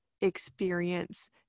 experience